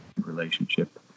relationship